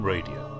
Radio